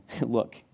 look